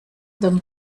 them